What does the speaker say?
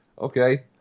Okay